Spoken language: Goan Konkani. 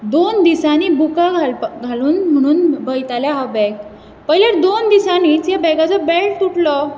दोन दिसांनी बुकां घालपा घालून म्हुणून बयतालें हांव बॅग पयल्यार दोन दिसांनीच हे बॅगाचो बॅल्ट तुटलो